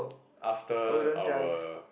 after our